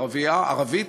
ערבית,